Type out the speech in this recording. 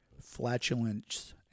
flatulence